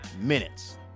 minutes